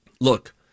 look